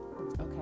okay